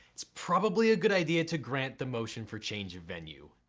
its probably a good idea to grant the motion for change of venue.